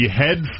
head